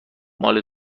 مال